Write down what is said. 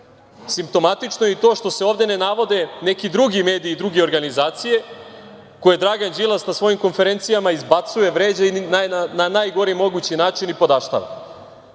godine. Simptomatično je i to što se ovde ne navode neki drugi mediji i druge organizacije koje Dragan Đilas na svojim konferencijama izbacuje, vređa na najgori mogući način i nipodaštava.